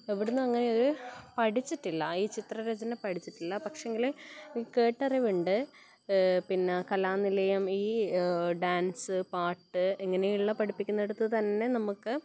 എവിടുന്നും അങ്ങനെ ഒരു പഠിച്ചിട്ടില്ല ഈ ചിത്രരചന പഠിച്ചിട്ടില്ല പക്ഷേങ്കിൽ കേട്ടറിവുണ്ട് പിന്നെ കലാനിലയം ഈ ഡാൻസ് പാട്ട് ഇങ്ങനെ ഉള്ള പഠിപ്പിക്കുന്നിടത്ത് തന്നെ നമുക്ക്